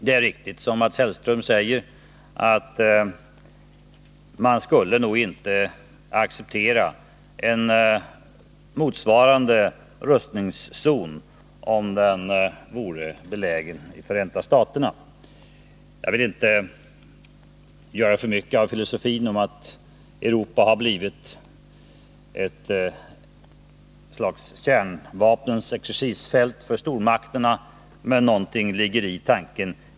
Det är riktigt som Mats Hellström säger att man nog inte skulle acceptera en motsvarande rustningszon om den vore belägen i Förenta staterna. Jag vill inte göra för mycket av filosofin om att Europa har blivit ett slags kärnvapenexercisfält för stormakterna, men någonting ligger i tanken.